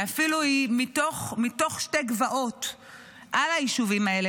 שאפילו היא מתוך שתי גבעות על היישובים האלה,